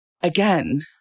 again